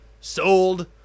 sold